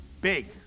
Big